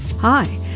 Hi